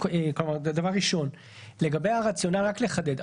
רק לחדד,